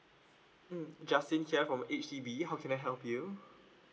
mm justin here from H_D_B how can I help you